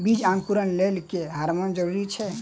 बीज अंकुरण लेल केँ हार्मोन जरूरी छै?